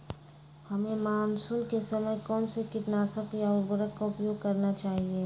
हमें मानसून के समय कौन से किटनाशक या उर्वरक का उपयोग करना चाहिए?